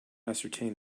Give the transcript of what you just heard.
ascertain